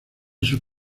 sus